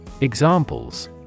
Examples